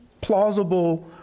plausible